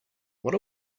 what